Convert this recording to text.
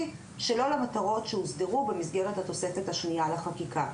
שלא למטרות שהוגדרו במסגרת התוספת השנייה לחקיקה.